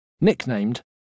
nicknamed